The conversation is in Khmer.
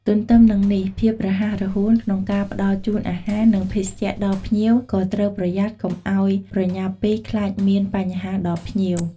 ទន្ទឹមនឹងនេះ ភាពរហ័សរហួនក្នុងការផ្តល់ជូនអាហារ និងភេសជ្ជៈដល់ភ្ញៀវ ក៏ត្រូវប្រយ័ត្នកុំឱ្យប្រញាប់ពេកខ្លាចមានបញ្ហាដល់ភ្ញៀវ។